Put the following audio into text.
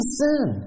sin